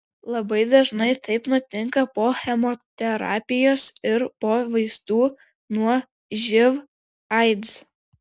labai dažnai taip nutinka po chemoterapijos ir po vaistų nuo živ aids